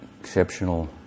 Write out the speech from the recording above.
exceptional